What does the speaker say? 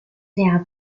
der